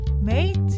Mate